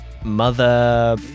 Mother